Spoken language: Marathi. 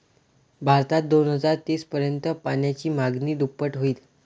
भारतात दोन हजार तीस पर्यंत पाण्याची मागणी दुप्पट होईल